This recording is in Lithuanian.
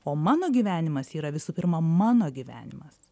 o mano gyvenimas yra visų pirma mano gyvenimas